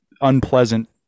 unpleasant